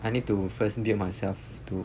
I need to first build myself to